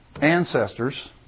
ancestors